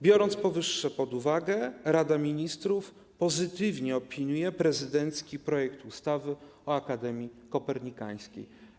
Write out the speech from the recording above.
Biorąc powyższe pod uwagę, Rada Ministrów pozytywnie opiniuje prezydencki projekt ustawy o Akademii Kopernikańskiej.